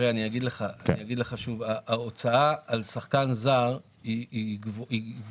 אני אגיד לך שוב, ההוצאה על שחקן זר היא גבוהה,